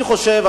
אני חושב,